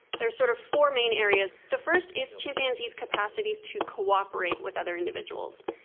there are sort of four main areas. the first is chimpanzees' capacities to cooperate with other individuals.